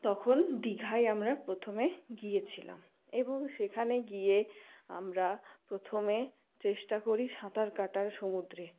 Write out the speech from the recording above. তখন দীঘায় আমরা প্রথমে গিয়েছিলাম এবং সেখানে গিয়ে আমরা প্রথমে চেষ্টা করি সাঁতার কাটার সমুদ্রে